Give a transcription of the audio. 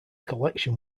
collection